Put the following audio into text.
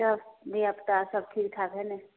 तब धिआपुता आओरसब ठीकठाक हइ ने